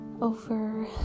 over